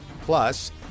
Plus